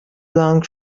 long